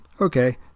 Okay